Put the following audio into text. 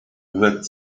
that